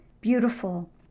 Beautiful